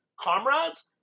comrades